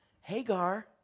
Hagar